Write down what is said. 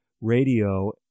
Radio